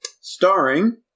starring